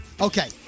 Okay